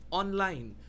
online